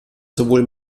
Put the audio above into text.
sowohl